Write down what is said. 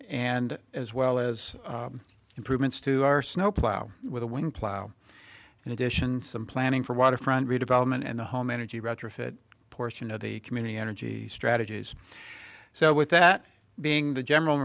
and as well as improvements to our snow plow with a wing plow in addition some planning for waterfront redevelopment and the home energy retrofit portion of the community energy strategies so with that being the general